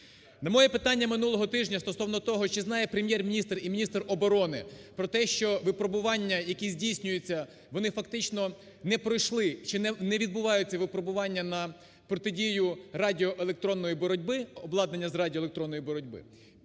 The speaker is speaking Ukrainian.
На моє питання минулого тижня стосовно того, чи знає Прем'єр-міністр і міністр оборони про те, що випробування, які здійснюються, вони фактично не пройшли чи не відбуваються випробування на протидію радіоелектронної боротьби,